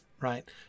Right